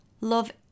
love